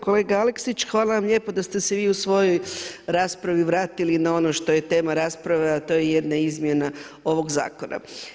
Kolega Aleksić, hvala vam lijepo da ste se vi u svojoj raspravi vratili na ono što je tema rasprave, a to je jedna izmjena ovog zakona.